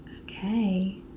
Okay